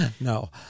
No